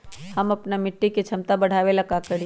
हम अपना मिट्टी के झमता बढ़ाबे ला का करी?